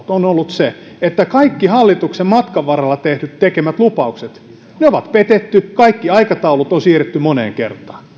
on ollut se että kaikki hallituksen matkan varrella tekemät lupaukset on petetty kaikki aikataulut on siirretty moneen kertaan